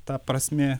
ta prasmė